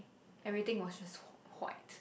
everything was just white